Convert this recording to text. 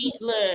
look